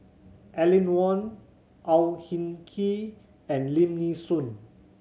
Aline Wong Au Hing Kee and Lim Nee Soon